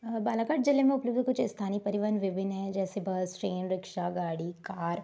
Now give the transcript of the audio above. बालाघाट जिले में उपलब्ध कुछ स्थानीय परिवहन विभिन्न है जैसे बस ट्रेन रिक्शा गाड़ी कार